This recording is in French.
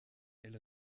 elle